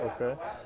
Okay